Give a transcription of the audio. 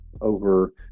over